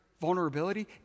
vulnerability